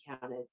counted